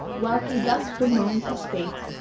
while he thus bemoaned his fate,